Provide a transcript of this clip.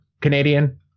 Canadian